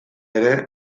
ere